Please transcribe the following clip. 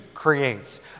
creates